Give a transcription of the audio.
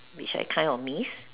which I kind of miss